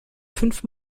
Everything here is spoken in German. fünf